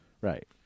Right